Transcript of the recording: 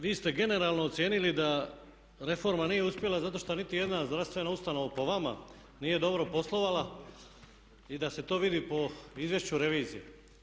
Vi ste generalno ocijenili da reforma nije uspjela zato što niti jedna zdravstvena ustanova po vama nije dobro poslovala i da se to vidi po izvješću revizije.